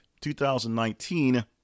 2019